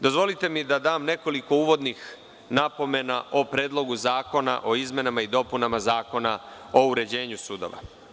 Dozvolite mi da dam nekoliko uvodnih napomena o Predlogu zakona o izmenama i dopunama Zakona o uređenju sudova.